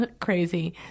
crazy